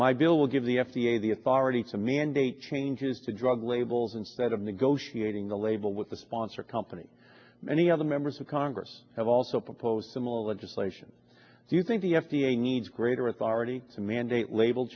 my bill will give the f d a the authority to mandate changes to drug labels instead of negotiating the label with the sponsor company many of the members of congress have also proposed similar legislation do you think the f d a needs greater authority to mandate label